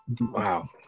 Wow